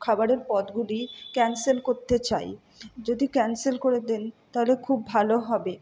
খাবারের পদগুলি ক্যান্সেল করতে চাই যদি ক্যান্সেল করে দেন তাহলে খুব ভালো হবে